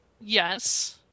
Yes